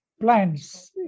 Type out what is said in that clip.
plants